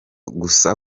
gusa